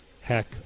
heck